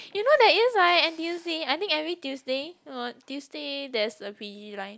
you know there is right n_t_u_c I think every Tuesday Tuesday there's a p_g line